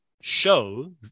show